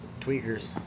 tweakers